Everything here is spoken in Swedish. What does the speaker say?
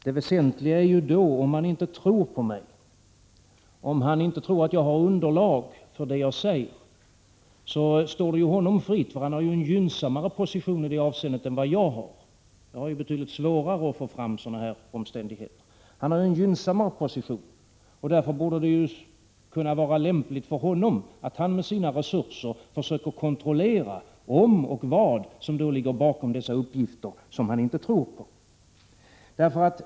Det väsentliga är ju att om han inte tror på mig och på att jag har underlag för det som jag säger står det honom fritt, eftersom han har en gynnsammare position i det avseendet än vad jag har. Jag har betydligt svårare att få fram sådana omständigheter. Eftersom han har en gynnsammare position borde det kunna vara lämpligt för honom att han med sina resurser försöker kontrollera om och vad som då ligger bakom de uppgifter som han inte tror på.